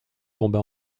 tomba